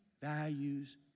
values